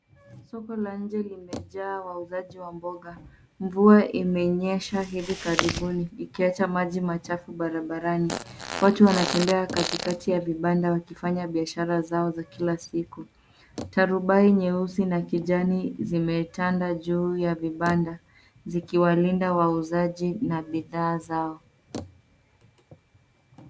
Soko la nje limejaa wauzaji wa mboga. Mvua imenyesha hivi karibuni, ikiacha maji machafu barabarani. Watu wanatembea katikati ya vibanda wakifanya biashara zao za kila siku. Tarubai nyeusi na kijani zimetanda juu ya vibanda, zikiwalinda wauzaji na bidhaa zao.